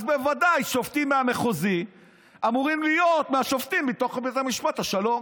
אז בוודאי שופטים מהמחוזי אמורים להיות מהשופטים מתוך בית המשפט השלום,